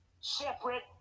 separate